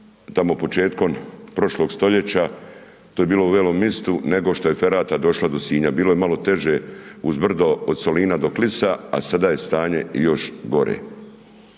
tamo početkom prošlog stoljeća, to je bilo u Velim Mistu, nego što je ferata došla do Sinja. Bilo je malo teže uz brdo od Solina do Klisa, a sada je stanje još gore.